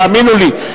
תאמינו לי.